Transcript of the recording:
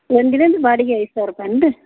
ಒಂದಿನದ್ದು ಬಾಡಿಗೆ ಐದು ಸಾವಿರ ರೂಪಾಯಿ ಏನು ರೀ